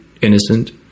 innocent